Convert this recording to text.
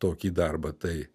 tokį darbą tai